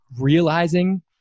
realizing